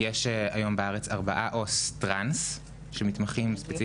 יש היום בארץ ארבעה עו"ס טרנס שמתמחים ספציפית